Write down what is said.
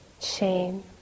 shame